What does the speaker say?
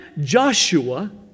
Joshua